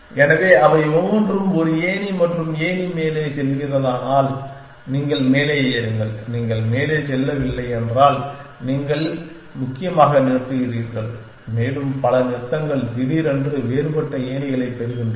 எனவே அவை ஒவ்வொன்றும் ஒரு ஏணி மற்றும் ஏணி மேலே செல்கிறதென்றால் நீங்கள் மேலே ஏறுங்கள் நீங்கள் மேலே செல்லவில்லை என்றால் நீங்கள் முக்கியமாக நிறுத்துகிறீர்கள் மேலும் பல நிறுத்தங்கள் திடீரென்று வேறுபட்ட ஏணிகளைப் பெறுகின்றன